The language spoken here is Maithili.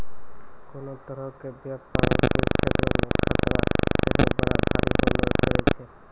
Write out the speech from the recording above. कोनो तरहो के व्यपारो के क्षेत्रो मे खतरा सेहो बड़ा भारी होलो करै छै